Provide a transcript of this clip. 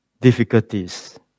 difficulties